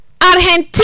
Argentina